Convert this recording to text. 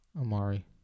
Amari